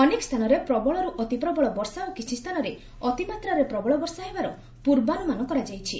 ଅନେକ ସ୍ଥାନରେ ପ୍ରବଳରୁ ଅତି ପ୍ରବଳ ବର୍ଷା ଓ କିଛି ସ୍ଥାନରେ ଅତି ମାତ୍ରାରେ ପ୍ରବଳ ବର୍ଷା ହେବାର ପୂର୍ବାନୁମାନ କରାଯାଇଛି